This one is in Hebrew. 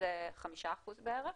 שזה 5% בערך.